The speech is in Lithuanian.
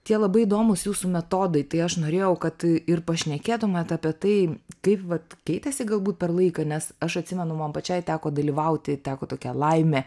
tie labai įdomūs jūsų metodai tai aš norėjau kad ir pašnekėtumėt apie tai kaip vat keitėsi galbūt per laiką nes aš atsimenu man pačiai teko dalyvauti teko tokia laimė